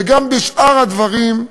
וגם בשאר הדברים,